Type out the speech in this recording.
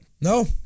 No